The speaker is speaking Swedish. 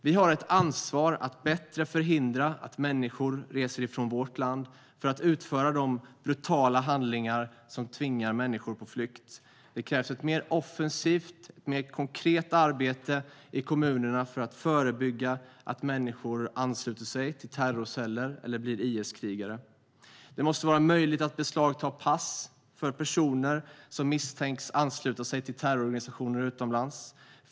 Vi har ett ansvar att bättre förhindra att människor reser från vårt land för att utföra de brutala handlingar som tvingar människor på flykt. Det krävs ett mer offensivt och mer konkret arbete i kommunerna för att förebygga att människor ansluter sig till terrorceller eller blir IS-krigare. Det måste vara möjligt att beslagta pass för personer som misstänks ansluta sig till terrororganisationer utomlands.